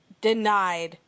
denied